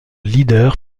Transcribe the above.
leader